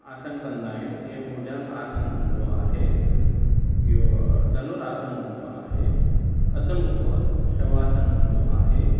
आसन कंदा आहियूं जीअं भुजंगासन हूंदो आहे ॿियो धनुरासन हूंदो आहे अधुमुखो शवासन हूंदो आहे